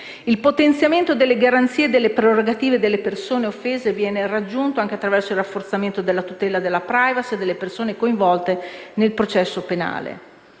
Il potenziamento delle garanzie e delle prerogative delle persone offese viene raggiunto anche attraverso il rafforzamento della tutela della *privacy* delle persone coinvolte nel processo penale.